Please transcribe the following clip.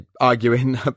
arguing